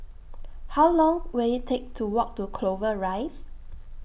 How Long Will IT Take to Walk to Clover Rise